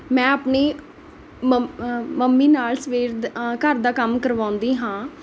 ਮੈਂ ਆਪਣੀ mum mummy ਨਾਲ ਸਵੇਰ ਦਾ ਘਰ ਦਾ ਕੰਮ ਕਰਵਾਉਂਦੀ ਹਾਂ